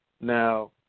now